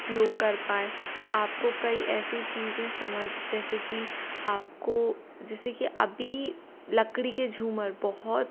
उपयोग कर पाएँ आपको कई ऐसी चीज़ें समझ जैसे कि आपको जैसे कि अभी लकड़ी के झूमर बहुत